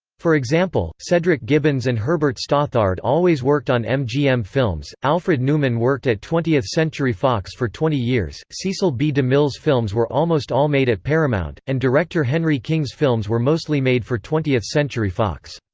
for example, cedric gibbons and herbert stothart always worked on mgm films, alfred newman worked at twentieth century fox for twenty years, cecil b. de mille's films were almost all made at paramount, and director henry king's films were mostly made for twentieth century fox.